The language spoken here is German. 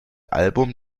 album